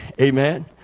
Amen